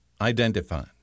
identified